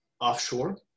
offshore